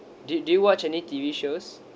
do do you watch any T_V shows